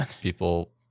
people